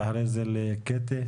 ואחריו חברת הכנסת קטי שטרית.